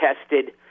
tested